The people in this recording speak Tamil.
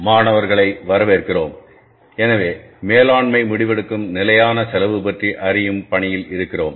மாணவர்களை வரவேற்கிறோம் எனவே மேலாண்மை முடிவெடுக்கும் நிலையான செலவு பற்றி அறியும் பணியில் இருக்கிறோம்